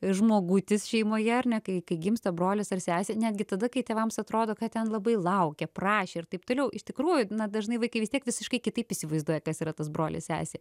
žmogutis šeimoje ar ne kai kai gimsta brolis ar sesė netgi tada kai tėvams atrodo kad ten labai laukė prašė ir taip toliau iš tikrųjų gana dažnai vaikai vis tiek visiškai kitaip įsivaizduoja kas yra tas brolis sesė